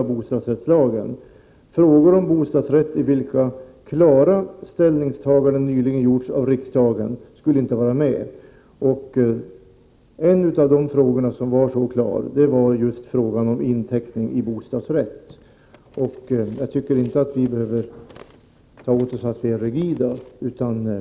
Det stod nämligen att frågor om bostadsrätt i vilka klara ställningstaganden nyligen gjorts av riksdagen inte skulle vara med. En av de frågor där ett klart ställningstagande gjorts gällde just inteckning i bostadsrätt. Jag tycker inte att vi behöver ta åt oss av påståendet att vi är rigida.